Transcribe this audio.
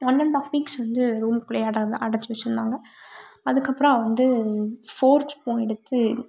one and half weeks வந்து ரூமுக்குள்ளேயே அடைச்சி வச்சுருந்தாங்க அதுக்கப்புறம் அவள் வந்து ஃபோர்க் ஸ்பூனை எடுத்து